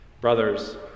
Brothers